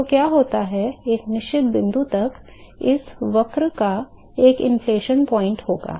तो क्या होता है एक निश्चित बिंदु तक इस वक्र का एक inflection point होगा